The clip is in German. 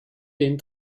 den